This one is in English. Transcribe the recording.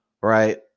Right